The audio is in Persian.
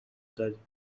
دادیم